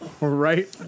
right